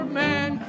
man